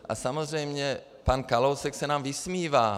A samozřejmě pan Kalousek se nám vysmívá.